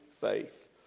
faith